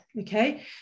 okay